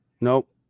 Nope